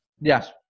Yes